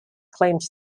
claimed